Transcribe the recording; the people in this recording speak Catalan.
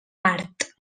mart